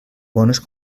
bones